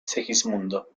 segismundo